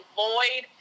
void